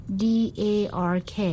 dark